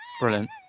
Brilliant